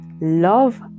love